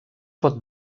pot